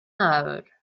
nadador